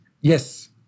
Yes